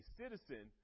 citizen